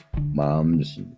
moms